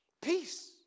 Peace